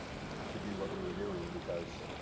to do what we were doing because,